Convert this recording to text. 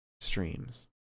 streams